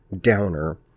downer